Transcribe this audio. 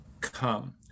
come